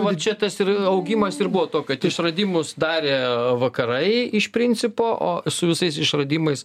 va čia tas ir augimas ir buvo tuo kad išradimus darė vakarai iš principo o su visais išradimais